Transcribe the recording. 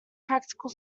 practical